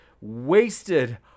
wasted